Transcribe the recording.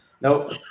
no